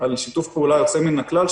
על שיתוף פעולה יוצא מן הכלל,